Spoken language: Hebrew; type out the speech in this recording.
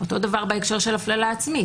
אותו דבר בהקשר של הפללה עצמית.